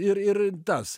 ir ir tas